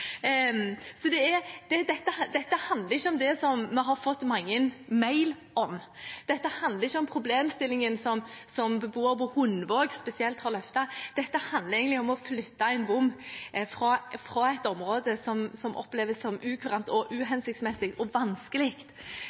dette handler ikke om det som vi har fått mange mailer om. Dette handler ikke om problemstillingen som beboere på Hundvåg spesielt har løftet. Dette handler egentlig om å flytte en bom fra et område som oppleves som ukurant, uhensiktsmessig og vanskelig